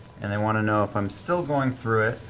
and they want to know if i'm still going through it,